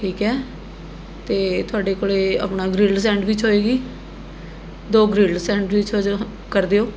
ਠੀਕ ਹੈ ਅਤੇ ਤੁਹਾਡੇ ਕੋਲ਼ੋ ਆਪਣਾ ਗ੍ਰਿੱਲਡ ਸੈੈਡਵਿੱਚ ਹੋਏਗੀ ਦੋ ਗ੍ਰਿੱਲਡ ਸੈਡਵਿੱਚ ਕਰ ਦਿਉ